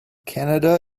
canada